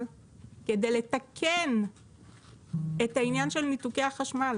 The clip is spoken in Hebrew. כדי לתקן את העניין של ניתוקי החשמל,